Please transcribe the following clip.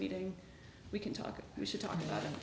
meeting we can talk we should talk about